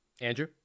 Andrew